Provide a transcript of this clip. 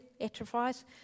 atrophies